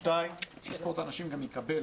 דבר שני, שספורט הנשים יקבל